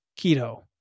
keto